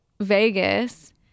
Vegas